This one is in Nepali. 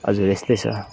हजुर यस्तै छ